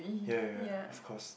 ya ya ya of course